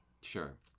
Sure